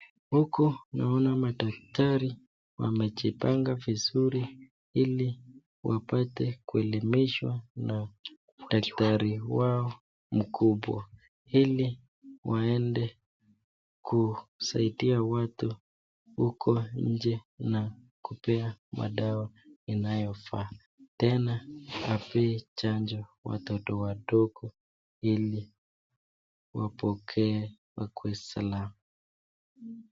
Huku naona madaktari wamejipanga vizuri ili wapate kuelimishwa na daktari wao mkubwa, ili waende kusaidia watu huko nje na kupea madawa inayofaa, tena wapee chanjo watoto wadogo ili wapokee wakuwe salama.